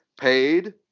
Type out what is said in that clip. Paid